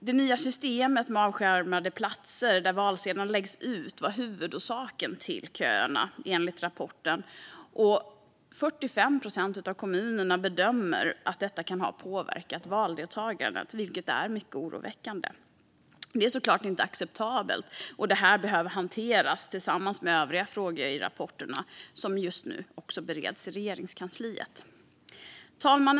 Det nya systemet med avskärmade platser där valsedlarna läggs ut var huvudorsaken till köerna, och enligt rapporten bedömer 45 procent av kommunerna att detta kan ha påverkat valdeltagandet, vilket är mycket oroväckande. Det är såklart inte acceptabelt och behöver hanteras tillsammans med övriga frågor i rapporterna, som nu bereds i Regeringskansliet. Fru talman!